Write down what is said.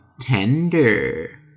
Tender